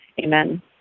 Amen